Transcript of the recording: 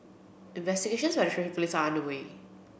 investigations Traffic Police are underway